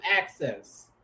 access